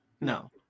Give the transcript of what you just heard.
no